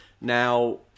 now